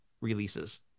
releases